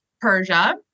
Persia